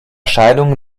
scheidung